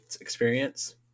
experience